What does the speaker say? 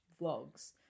vlogs